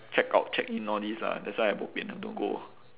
check out check in all this lah that's why I bo pian have to go